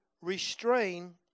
restrain